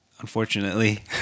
unfortunately